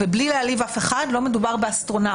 בלי להעליב אף אחד, לא מדובר באסטרונאוט,